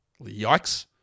Yikes